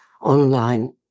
online